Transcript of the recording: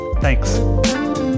Thanks